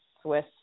Swiss